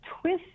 twist